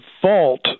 fault